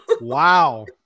wow